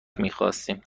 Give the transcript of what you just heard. میخواستیم